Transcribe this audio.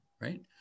right